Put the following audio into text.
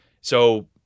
So-